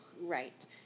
Right